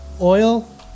oil